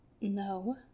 No